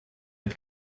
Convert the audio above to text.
het